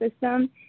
system